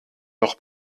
noch